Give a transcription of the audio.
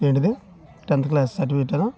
ఏంటిది tenth class సర్టిఫికేట్ను